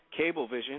Cablevision